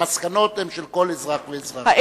המסקנות הן של כל אזרח ואזרח,